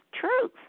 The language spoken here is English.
truth